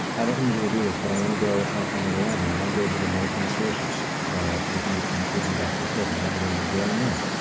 i don't usually do this, but i want to go on the way out here, i want to go to the note on sources that you include in the back of this book, and i want to go to the very end.